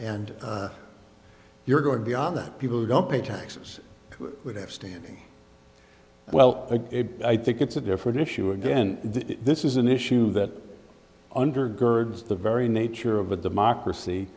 and you're going to be on the people who don't pay taxes standing well i think it's a different issue again this is an issue that undergirds the very nature of a democracy